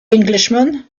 englishman